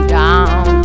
down